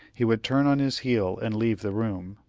he would turn on his heel and leave the room.